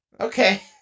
Okay